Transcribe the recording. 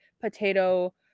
potato